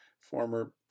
former